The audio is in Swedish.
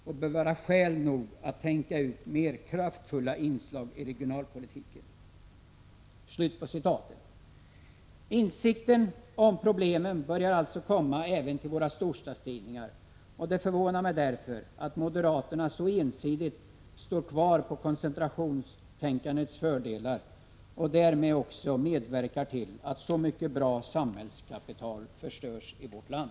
Och bör vara skäl nog att tänka ut mer kraftfulla inslag i regionalpolitiken.” Även våra storstadstidningar börjar alltså komma till insikt om problemen. Det förvånar mig därför att moderaterna så ensidigt står fast vid tanken på koncentrationens fördelar och därmed också medverkar till att så mycket av bra samhällskapital förstörs i vårt land.